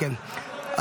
לוועדה.